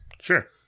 sure